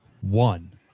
one